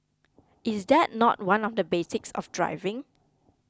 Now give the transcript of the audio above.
is that not one of the basics of driving